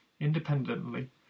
independently